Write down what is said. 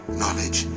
knowledge